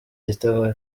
igitego